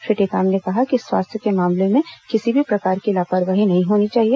श्री टेकाम ने कहा कि स्वास्थ्य के मामलों में किसी भी प्रकार की लापरवाही नहीं होनी चाहिए